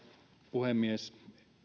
puhemies